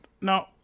No